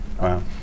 wow